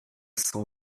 cent